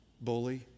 bully